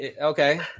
Okay